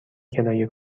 کرایه